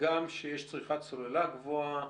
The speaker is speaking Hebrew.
הגם שיש צריכת סוללה גבוהה,